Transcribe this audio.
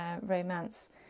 romance